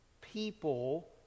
people